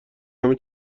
همه